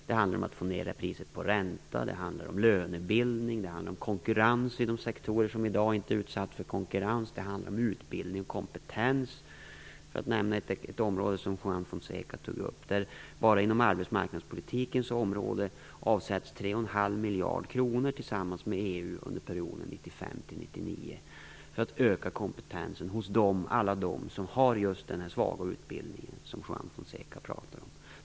Det handlar om att få ned räntan, det handlar om lönebildning, det handlar om konkurrens inom de sektorer som i dag inte är utsatta för konkurrens, det handlar om utbildning och kompetens, för att nämna ett område som Juan Fonseca tog upp. Bara inom arbetsmarknadspolitikens område avsätts tillsammans med EU 31⁄2 miljarder kronor under perioden 1995 1999 för att öka kompetensen hos alla dem som har just den svaga utbildning som Juan Fonseca pratar om.